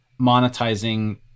monetizing